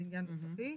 זה עניין ניסוחי,